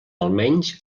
almenys